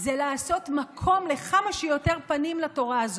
זה לעשות מקום לכמה שיותר פנים לתורה הזאת,